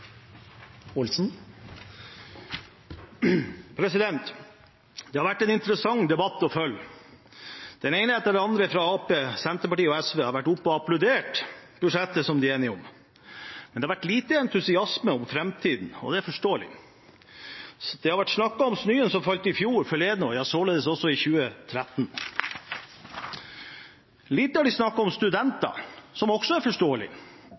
Det har vært en interessant debatt å følge. Den ene etter den andre fra Arbeiderpartiet, Senterpartiet og SV har vært oppe og applaudert budsjettet som de er enige om, men det har vært lite entusiasme om framtiden, og det er forståelig. Det har vært snakket om snøen som falt i fjor, og således også i 2013. Lite har de snakket om studenter, som også er forståelig.